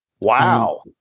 Wow